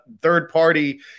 third-party